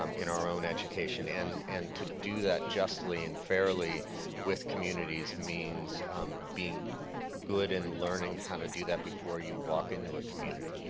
um in our own education and and to do that justly and fairly with communities, means being good and learning how to do that before you walk into a community.